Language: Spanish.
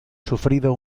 sufrido